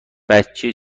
بچه